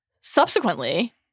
subsequently